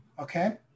Okay